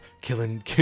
Killing